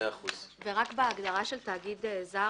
הנה, זה תאגיד זר